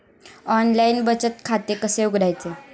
Online बचत खाते कसे उघडायचे?